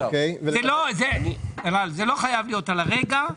זה לא חייב להיות הרגע.